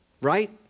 right